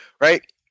Right